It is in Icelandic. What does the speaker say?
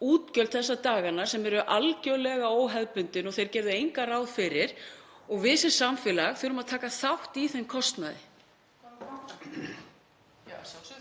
útgjöld þessa dagana sem eru algerlega óhefðbundin og þeir gerðu engan veginn ráð fyrir og við sem samfélag þurfum að taka þátt í þeim kostnaði. (ÞSH: